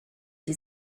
die